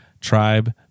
tribe